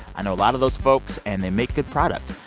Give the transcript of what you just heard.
i know a lot of those folks, and they make good product.